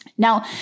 Now